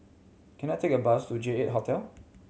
can I take a bus to J Eight Hotel